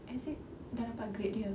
isaac dah dapat grade dia